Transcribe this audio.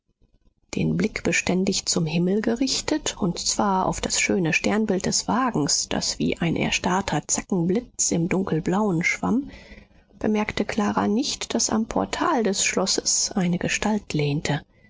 den blick beständig zum himmel gerichtet und zwar auf das schöne sternbild des wagens das wie ein erstarrter zackenblitz im dunkelblauen schwamm bemerkte clara nicht daß am portal des schlosses eine gestalt lehnte